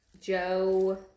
Joe